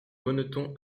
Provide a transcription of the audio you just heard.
bonneton